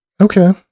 okay